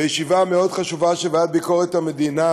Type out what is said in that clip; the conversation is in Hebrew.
בישיבה מאוד חשובה של ועדת ביקורת המדינה,